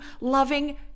loving